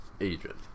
agent